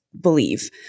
believe